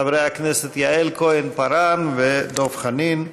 חברי הכנסת יעל כהן-פארן ודב חנין,